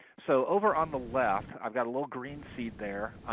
so over on the left i've got a little green seed there,